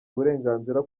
uburenganzira